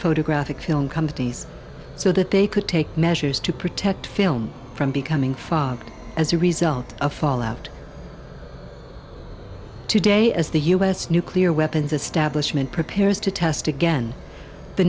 photographic film companies so that they could take measures to protect film from becoming fog as a result of fallout today as the u s nuclear weapons establishment prepares to test again the